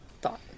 thought